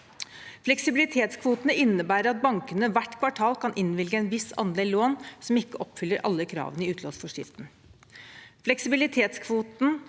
Fleksibilitetskvoten innebærer at bankene hvert kvartal kan innvilge en viss andel lån som ikke oppfyller alle kravene i utlånsforskriften.